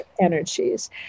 energies